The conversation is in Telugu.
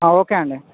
ఓకే అండి